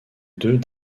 deux